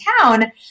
town